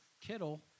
Kittle